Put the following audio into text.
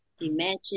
Imagine